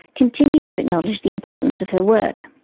continue to acknowledge the importance of her work.